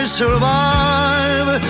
survive